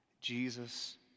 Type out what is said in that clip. Jesus